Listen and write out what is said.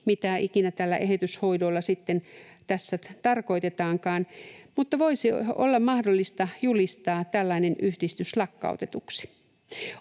mitä ikinä näillä eheytyshoidoilla sitten tässä tarkoitetaankaan, voisi olla mahdollista julistaa lakkautetuksi.